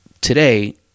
today